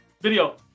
Video